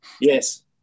Yes